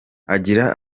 agira